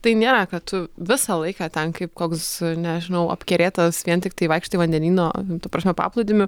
tai nėra kad tu visą laiką ten kaip koks nežinau apkerėtas vien tiktai vaikštai vandenyno ta prasme paplūdimiu